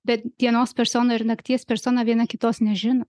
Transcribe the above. bet dienos persona ir nakties persona viena kitos nežino